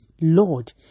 Lord